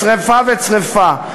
משרפה לשרפה.